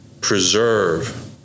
preserve